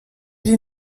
die